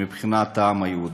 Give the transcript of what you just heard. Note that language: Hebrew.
מבחינת העם היהודי.